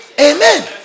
Amen